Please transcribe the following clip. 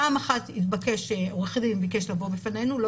פעם אחת ביקש עורך דין לבוא בפנינו ולא